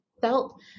felt